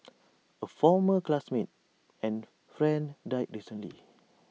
A former classmate and friend died recently